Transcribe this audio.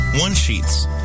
one-sheets